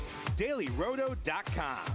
DailyRoto.com